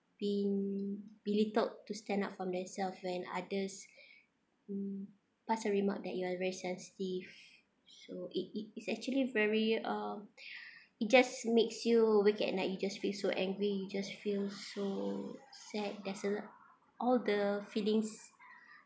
being belittled to stand up for themselves when others mm pass a remark that you are very sensitive so it it it's actually very uh it just makes you awake at night you just feel so angry you just feel so sad that's a lot all the feelings